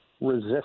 resist